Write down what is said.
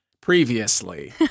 previously